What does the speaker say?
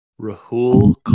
Rahul